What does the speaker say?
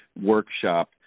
workshop